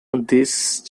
these